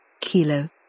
Kilo